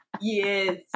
yes